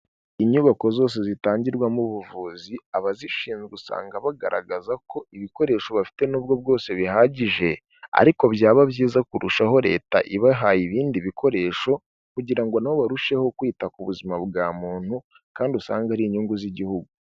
Inyubako zose zitangirwamo ubuvuzi abazishinzwe usanga bagaragaza ko ibikoresho bafite nubwou bwose bihagije ariko byaba byiza kurushaho leta ibahaye ibindi bikoresho kugira nabo barusheho kwita ku buzima bwa muntu kandi usange ari inyungu z'igihugu.